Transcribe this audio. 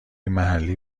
محلی